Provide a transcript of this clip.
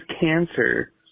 cancer